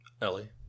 Ellie